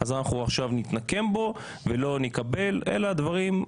אז אנחנו עכשיו נתנקם בו ולא נקבל אלא דברים